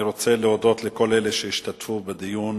אני רוצה להודות לכל אלה שהשתתפו בדיון